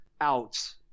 out